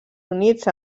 units